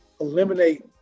eliminate